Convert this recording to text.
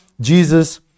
Jesus